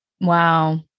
Wow